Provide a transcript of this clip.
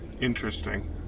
Interesting